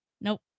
nope